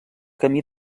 camí